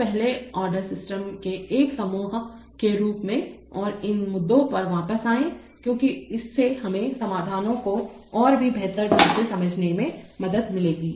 दो पहले order system के एक समूह के रूप में और इन मुद्दों पर वापस आएं क्योंकि इससे हमें समाधानों को और भी बेहतर ढंग से समझने में मदद मिलेगी